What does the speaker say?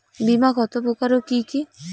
বীমা কত প্রকার ও কি কি?